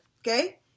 Okay